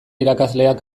irakasleak